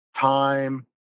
time